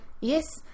yes